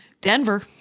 denver